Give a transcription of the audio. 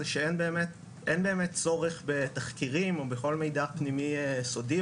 שאין באמת צורך בתחקירים או בכל מידע פנימי סודי